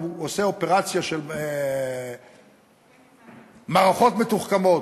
עושה אופרציה של מערכות מתוחכמות.